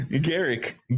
Garrick